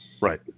Right